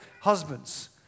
husbands